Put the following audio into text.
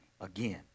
again